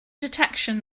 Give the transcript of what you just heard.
detection